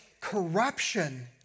corruption